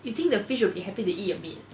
you think the fish will be happy to eat your meat